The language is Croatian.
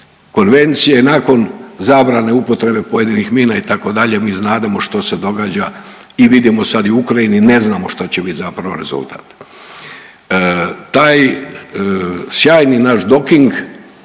koncesije, nakon zabrane upotrebe pojedinih mina itd. Mi znademo što se događa i vidimo sad i u Ukrajini. Ne znamo šta će biti zapravo rezultat. Taj sjajni naš Dok-ing